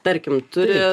tarkim turi